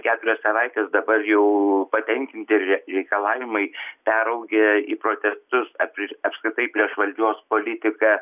keturias savaites dabar jau patenkinti re reikalavimai peraugę į protestus ap apskritai prieš valdžios politiką